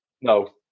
No